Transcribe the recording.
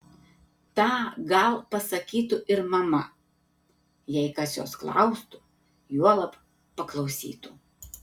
tą gal pasakytų ir mama jei kas jos klaustų juolab paklausytų